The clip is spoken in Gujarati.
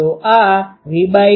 તો આ V2 છે અને તે Y2 હશે